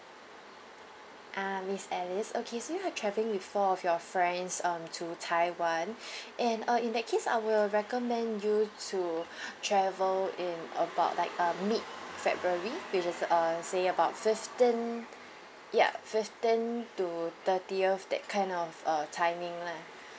ah miss alice okay so you are travelling with four of your friends um to taiwan and err in that case I will recommend you to travel in about like uh mid-february which is err say about fifteen yup fifteen to thirtieth that kind of uh timing lah